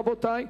רבותי,